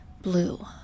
blue